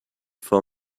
for